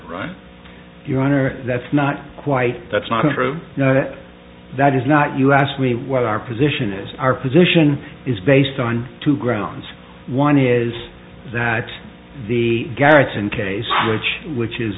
right your honor that's not quite that's not true but that is not you asked me what our position is our position is based on two grounds one is that the garrison case which which is